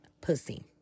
pussy